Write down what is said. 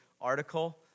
article